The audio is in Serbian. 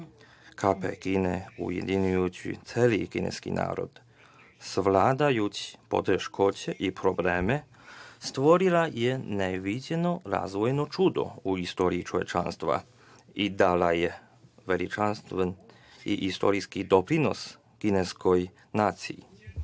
Kine ujedinjujući celi kineski narod, savladavajući poteškoće i probleme, stvorila je neviđeno razvojno čudo u istoriji čovečanstva i dala je veličanstven i istorijski doprinos kineskoj naciji.